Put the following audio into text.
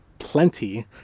plenty